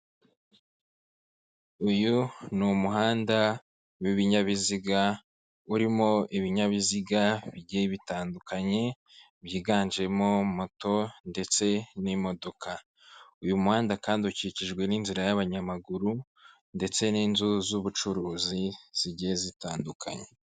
Uyu ni umuhanda w'ibinyabiziga urimo ibinyabiziga bitandukanye, byiganjemo moto ndetse n'imodoka uyu muhanda kandi ukikijwe n'inzira y'abanyamaguru ndetse n'inzu z'ubucuruzi zigiye zitandukanye.